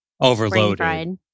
overloaded